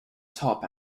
top